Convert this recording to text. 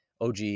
OG